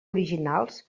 originals